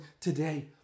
today